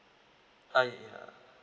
uh ya